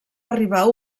arribar